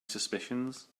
suspicions